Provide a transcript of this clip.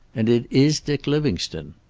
and it is dick livingstone!